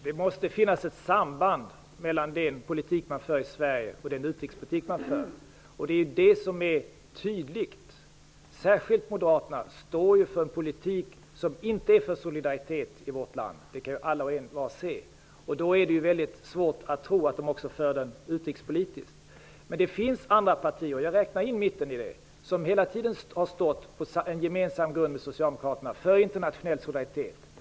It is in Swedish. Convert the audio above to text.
Herr talman! Det måste finnas ett samband mellan den politik man för i Sverige och den utrikespolitik man för. Det är tydligt att särskilt Moderaterna står för en politik som inte är för solidaritet i vårt land. Det kan alla och envar se. Då är det mycket svårt att tro att man för en sådan utrikespolitik. Men det finns andra partier -- jag räknar in mitten bland dem -- som hela tiden gemensamt med Socialdemokraterna har stått för en internationell solidaritet.